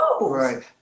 Right